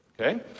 Okay